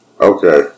Okay